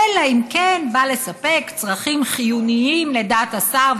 אלא אם כן הוא בא לספק צרכים חיוניים לדעת השר,